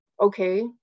okay